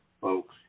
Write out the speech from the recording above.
folks